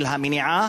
של מניעה.